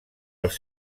els